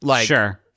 Sure